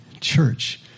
church